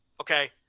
Okay